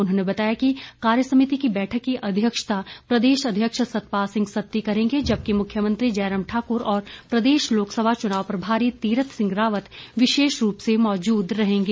उन्होंने बताया कि कार्यसमिति की बैठक की अध्यक्षता प्रदेश अध्यक्ष सतपाल सिंह सत्ती करेंगे जबकि मुख्यमंत्री जयराम ठाकुर और प्रदेश लोकसभा चुनाव प्रभारी तीरथ सिंह रावत विशेष रूप से मौजूद रहेंगे